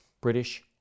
British